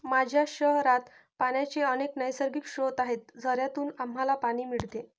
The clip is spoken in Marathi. माझ्या शहरात पाण्याचे अनेक नैसर्गिक स्रोत आहेत, झऱ्यांतून आम्हाला पाणी मिळते